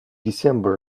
december